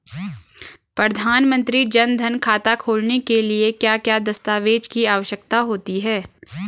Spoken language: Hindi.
प्रधानमंत्री जन धन खाता खोलने के लिए क्या क्या दस्तावेज़ की आवश्यकता होती है?